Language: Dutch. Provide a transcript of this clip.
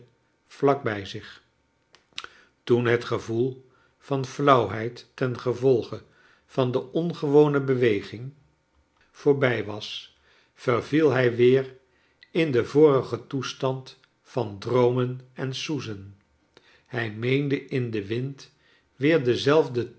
vlak bij zich toen het gevoel van flauwheid ten gevolge van de ongcwone bewegimr voorbij was verviel hij weer in den vorigen toestand van droomen en soezen hij meende in den wind weer dezelfde